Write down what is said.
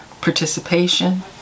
participation